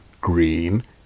green